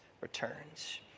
returns